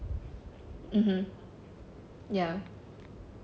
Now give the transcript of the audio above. (uh huh) ya